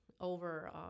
over